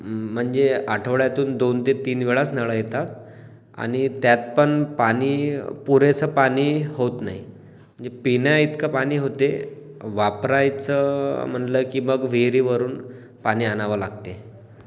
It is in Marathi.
म्हणजे आठवड्यातून दोन ते तीनवेळाच नळ येतात आणि त्यातपण पाणी पुरेसं पाणी होत नाही म्हणजे पिण्याइतकं पाणी होते वापरायचं म्हणलं की मग विहिरीवरून पाणी आणावं लागते